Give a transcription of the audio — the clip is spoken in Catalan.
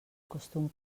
costum